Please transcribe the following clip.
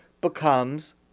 becomes